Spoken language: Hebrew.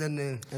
אז אין בעיה.